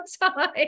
time